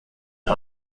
and